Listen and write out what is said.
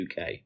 UK